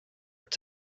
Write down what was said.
its